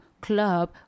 club